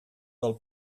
del